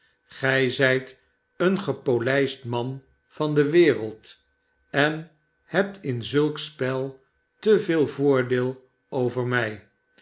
gij zijt een gepolijst man van de wereld en hebt in zulk spel te veel voordeel over mij